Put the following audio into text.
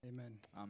Amen